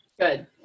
Good